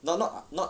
not not ah not